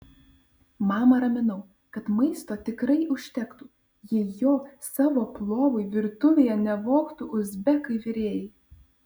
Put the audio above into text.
mamą raminau kad maisto tikrai užtektų jei jo savo plovui virtuvėje nevogtų uzbekai virėjai